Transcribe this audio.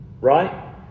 right